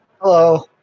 Hello